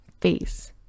face